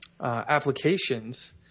applications